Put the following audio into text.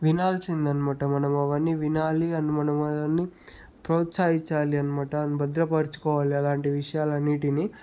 వినాలసిందన్నమాట మనము అవన్నీ వినాలి అండ్ మనం అవన్నీ ప్రోత్సాహించాలి అన్నమాట అండ్ భద్రపచుకోవాలి అలాంటి విషయాలన్నింటిని